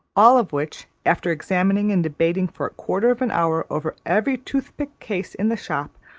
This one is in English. all of which, after examining and debating for a quarter of an hour over every toothpick-case in the shop,